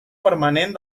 permanent